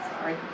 Sorry